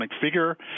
figure